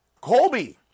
Colby